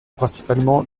principalement